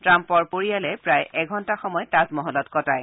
ট্ৰাম্পৰ সপৰিয়ালে প্ৰায় এঘন্টা সময় তাজমহলত কটায়